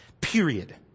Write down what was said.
Period